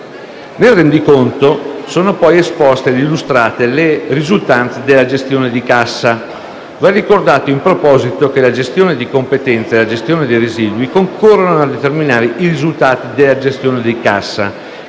Nel rendiconto sono poi esposte e illustrate le risultanze della gestione di cassa: va ricordato in proposito che la gestione di competenza e la gestione dei residui concorrono a determinare i risultati della gestione di cassa,